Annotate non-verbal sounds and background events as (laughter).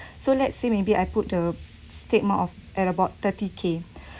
(breath) so let's say maybe I put the stigma of at about thirty K (breath)